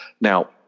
Now